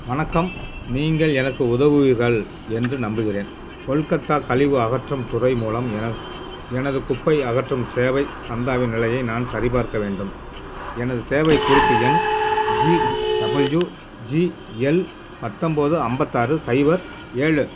வணக்கம் நீங்கள் எனக்கு உதவுவீர்கள் என்று நம்புகிறேன் கொல்கத்தா கழிவு அகற்றும் துறை மூலம் என எனது குப்பை அகற்றும் சேவை சந்தாவின் நிலையை நான் சரிபார்க்க வேண்டும் எனது சேவை குறிப்பு எண் ஜிடபிள்யுஜிஎல் பத்தம்பது ஐம்பத்தாறு சைபர் ஏழு